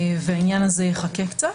העניין הזה יחכה קצת.